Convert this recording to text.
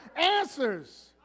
answers